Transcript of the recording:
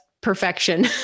perfection